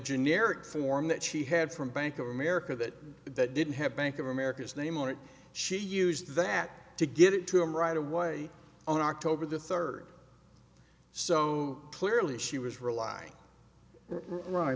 generic form that she had from bank of america that didn't have bank of america's name on it she used that to give it to him right away on october the third so clearly she was relying right